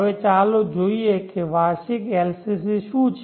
હવે ચાલો જોઈએ કે વાર્ષિક LCC શું છે